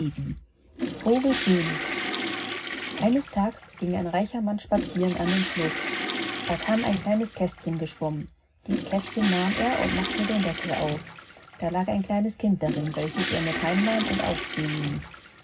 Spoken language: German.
vogel phönix eines tags ging ein reicher mann spazieren an den fluß da kam ein kleines kästchen geschwommen dies kästchen nahm er und machte den deckel auf da lag ein kleines kind darin welches er mit heim nahm und aufziehen ließ